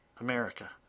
America